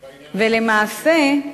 למעשה,